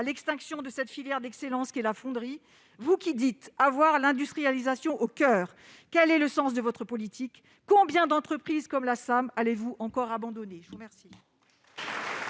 à l'extinction de cette filière d'excellence qu'est la fonderie. Vous affirmez avoir l'industrialisation au coeur, madame la ministre, mais quel est le sens de votre politique ? Combien d'entreprises comme la SAM allez-vous encore abandonner ?